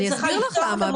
אני אסביר לך למה.